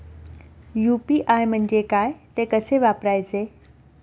UPI म्हणजे काय, ते कसे वापरायचे?